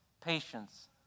patience